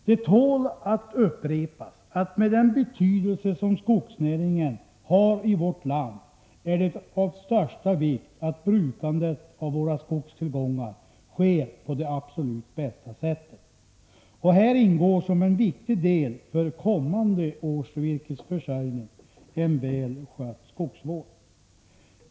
Det tål att upprepas att det med den betydelse som skogsnäringen har i vårt land är av största vikt att brukandet av våra skogstillgångar sker på det absolut bästa sättet. Här ingår som en viktig del för kommande års virkesförsörjning en väl skött skogsvård.